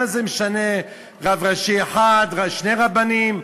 מה זה משנה רב ראשי אחד או שני רבנים?